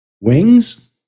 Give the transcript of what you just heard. wings